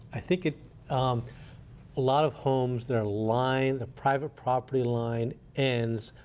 i think, a lot of homes, their line, private property line, ends,